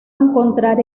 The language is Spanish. encontrar